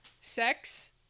sex